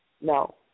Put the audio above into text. No